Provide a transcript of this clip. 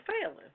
failing